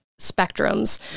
spectrums